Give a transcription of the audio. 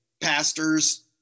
pastors